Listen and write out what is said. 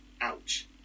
ouch